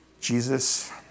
Jesus